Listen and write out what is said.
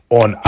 on